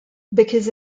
because